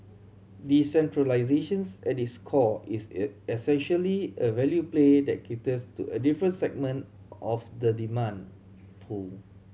decentralisations at its core is essentially a value play that caters to a different segment of the demand pool